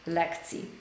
lekcji